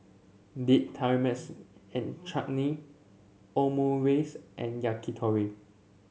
Date Tamarind Chutney Omurice and Yakitori